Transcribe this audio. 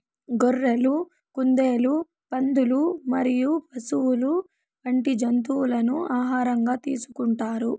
గొర్రెలు, కుందేళ్లు, పందులు మరియు పశువులు వంటి జంతువులను ఆహారంగా తీసుకుంటారు